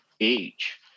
age